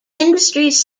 industries